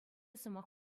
сӑмах